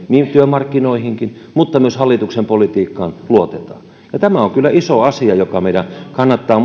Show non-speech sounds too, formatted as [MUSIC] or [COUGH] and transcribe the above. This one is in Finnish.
niin työmarkkinoihinkin kuin myös hallituksen politiikkaan luotetaan tämä on kyllä iso asia joka meidän kannattaa [UNINTELLIGIBLE]